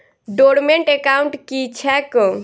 Dormant account की छैक?